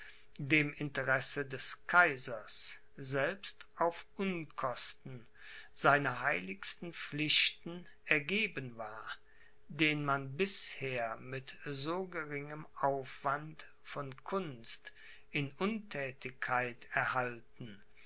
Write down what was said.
dem interesse des kaisers selbst auf unkosten seiner heiligsten pflichten ergeben war den man bisher mit so geringem aufwand von kunst in unthätigkeit erhalten